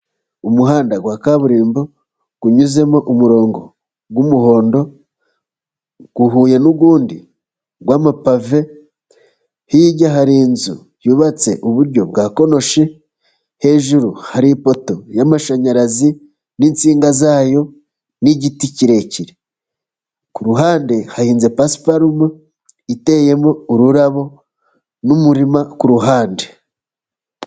Umuhanda wa kaburimbo unyuzemo umurongo uhuye n'uni w'amapave. Hirya hari inzu yubatse uburyo bwa konoshi, hejuru hari ipoto y'amashanyarazi n'insinga zayo, n'igiti kirekire. Ku ruhande hahinze pasiparume iteyemo ururabo n'umurima kuruhande.